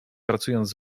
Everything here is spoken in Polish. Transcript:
pracując